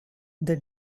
they